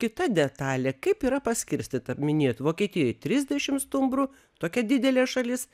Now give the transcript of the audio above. kita detalė kaip yra paskirstyta minėjot vokietijoj trisdešimt stumbrų tokia didelė šalis